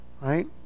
right